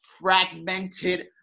fragmented